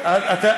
אין גבול?